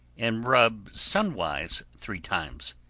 and rub sunwise three times.